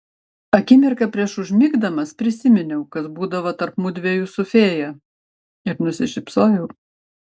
akimirką prieš užmigdamas prisiminiau kas būdavo tarp mudviejų su fėja ir nusišypsojau